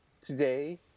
today